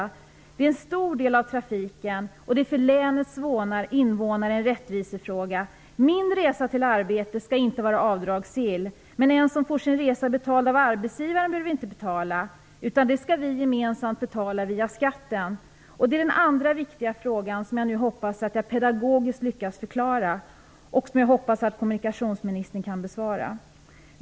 Det gäller ju en stor del av trafiken, och det är för länets invånare en rättvisefråga. Min resa till arbetet skall inte vara avdragsgill. Men den som får sin resa betald av arbetsgivaren behöver inte betala, utan det skall vi gemensamt betala via skatten. Det är den andra viktiga frågan, som jag hoppas att jag nu pedagogiskt lyckats förklara och som jag hoppas att kommunikationsministern kan besvara.